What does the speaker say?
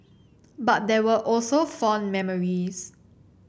but there were also fond memories